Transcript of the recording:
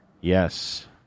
yes